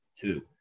two